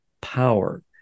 power